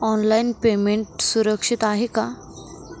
Online payment सुरक्षित आहे का?